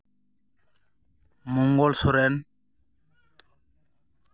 Mangal Soren